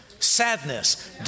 Sadness